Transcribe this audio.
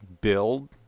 build